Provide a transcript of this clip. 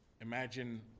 imagine